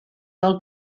del